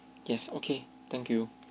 yes okay thank you